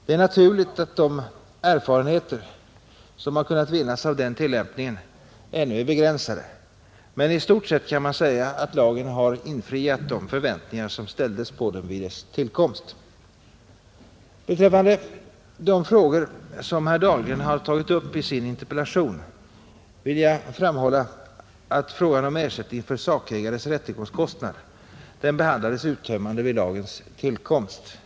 Det är naturligt att de erfarenheter som har kunnat vinnas av denna tillämpning ännu är begränsade, men i stort sett kan man säga att lagen har infriat de förväntningar som ställdes på den vid dess tillkomst. Beträffande de frågor som herr Dahlgren har tagit upp i sin interpellation vill jag framhålla att frågan om ersättning för sakägares rättegångskostnad behandlades uttömmande vid lagens tillkomst.